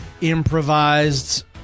improvised